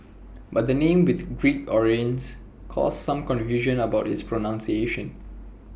but the name with Greek origins caused some confusion about its pronunciation